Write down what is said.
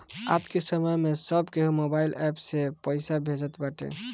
आजके समय में सब केहू मोबाइल एप्प से पईसा भेजत बाटे